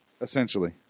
essentially